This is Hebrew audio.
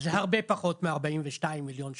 זה הרבה פחות מ-42 מיליון שקלים,